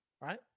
right